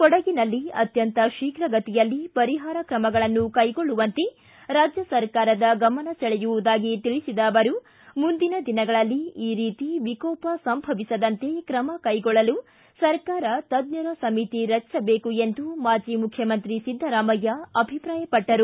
ಕೊಡಗಿನಲ್ಲಿ ಅತ್ಯಂತ ಶೀಘಗತಿಯಲ್ಲಿ ಪರಿಪಾರ ತ್ರಮಗಳನ್ನು ಕೈಗೊಳ್ಳುವಂತೆ ರಾಜ್ಯ ಸರ್ಕಾರದ ಗಮನ ಸೆಳೆಯುವುದಾಗಿ ತಿಳಿಸಿದ ಅವರು ಮುಂದಿನ ದಿನಗಳಲ್ಲಿ ಈ ರೀತಿ ವಿಕೋಪ ಸಂಭವಿಸಿದಂತೆ ತ್ರಮ ಕೈಗೊಳ್ಳಲು ಸರ್ಕಾರ ತಜ್ಞರ ಸಮಿತಿ ರಚಿಸಬೇಕು ಎಂದು ಮಾಜಿ ಮುಖ್ಯಮಂತ್ರಿ ಸಿದ್ದರಾಮಯ್ಯ ಅಭಿಪ್ರಾಯಪಟ್ಟರು